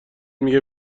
میگه